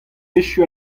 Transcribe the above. echu